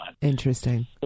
Interesting